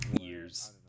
years